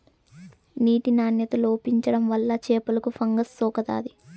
నీటి నాణ్యత లోపించడం వల్ల చేపలకు ఫంగస్ సోకుతాది